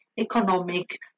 economic